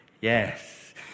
Yes